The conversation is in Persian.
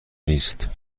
نیست